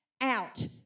out